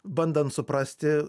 bandant suprasti